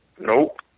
Nope